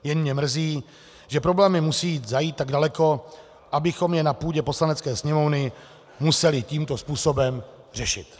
Jen mě mrzí, že problémy musí zajít tak daleko, abychom je museli na půdě Poslanecké sněmovny tímto způsobem řešit.